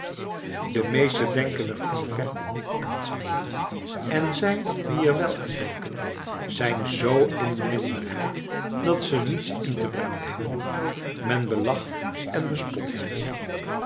de meesten denken er in de verte niet aan senor en zij die er wel aan denken zijn z in de minderheid dat ze niets in te brengen hebben men belacht en bespot hen